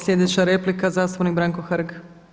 Sljedeća replika, zastupnik Branko Hrg.